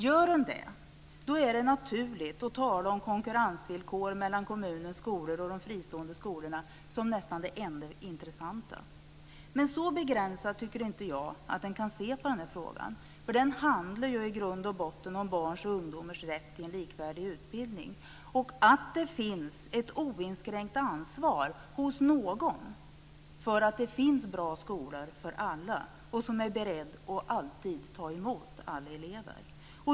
Gör man det är det naturligt att tala om konkurrensvillkor mellan kommunens skolor och de fristående skolorna som nästan det enda intressanta. Men så begränsat tycker inte jag att man kan se på frågan. Den handlar ju i grund och botten om barns och ungdomars rätt till en likvärdig utbildning, och att det finns ett oinskränkt ansvar hos någon för att det ska finnas bra skolor som alltid är beredda att ta emot alla elever.